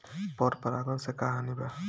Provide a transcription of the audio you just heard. पर परागण से का हानि बा?